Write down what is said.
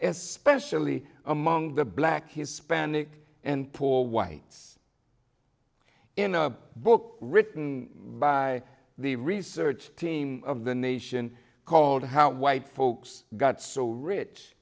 especially among the black hispanic and poor whites in a book written by the research team of the nation called how white folks got so rich